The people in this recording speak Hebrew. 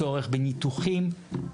צורך בניתוחים,